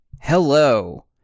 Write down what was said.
Hello